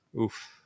oof